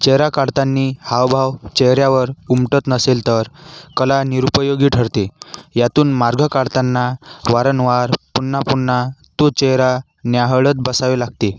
चेहरा काढताना हावभाव चेहऱ्यावर उमटत नसेल तर कला निरुपयोगी ठरते यातून मार्ग काढताना वारंवार पुन्हा पुन्हा तो चेहरा न्याहाळत बसावे लागते